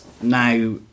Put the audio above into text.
now